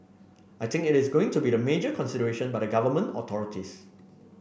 I think it is going to be the major consideration by the Government authorities